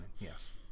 Yes